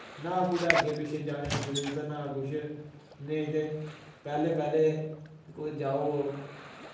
ना कुतै अग्गे पिच्छे जाने दी जरूरत ना कुछ नेईं ते पैह्ले पैह्ले कोई जाओ